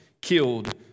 killed